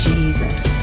Jesus